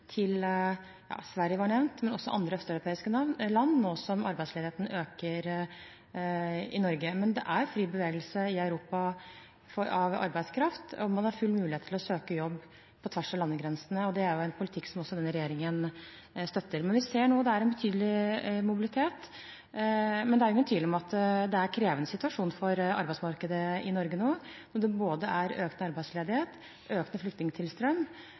til f.eks. Sverige, som var nevnt, men også til østeuropeiske land, nå som arbeidsledigheten øker i Norge. Men det er fri bevegelse av arbeidskraft i Europa. Man har full mulighet til å søke jobb på tvers av landegrensene, og det er en politikk denne regjeringen støtter. Vi ser nå at det er en betydelig mobilitet, men det er ingen tvil om at det er en krevende situasjon for arbeidsmarkedet i Norge nå, når det er økende arbeidsledighet, økende